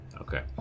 Okay